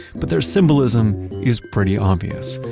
but there's symbolism is pretty obvious,